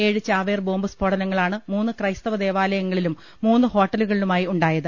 ഏഴ് ചാവേർ ബോംബ് സ്ഫോടങ്ങളാണ് മൂന്ന് ക്രൈസ്തവ ദേവാ ലയങ്ങളിലും മൂന്ന് ഹോട്ടലുകളിലുമായി ഉണ്ടായത്